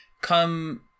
come